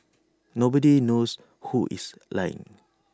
nobody knows who is lying